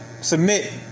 Submit